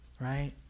right